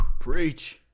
Preach